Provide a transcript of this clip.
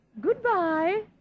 Goodbye